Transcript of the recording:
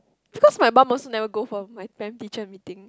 because my mum also never go for my parent teacher meeting